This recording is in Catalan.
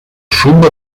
suma